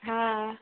हा